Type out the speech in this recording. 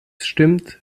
stimmt